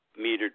metered